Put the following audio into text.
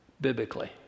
Biblically